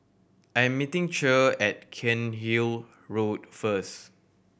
I am meeting Cher at Cairnhill Road first